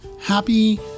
Happy